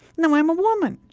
now, i'm a woman.